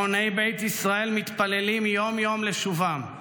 המוני בית ישראל מתפללים יום-יום לשובם.